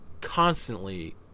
constantly